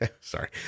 sorry